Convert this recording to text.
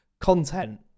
content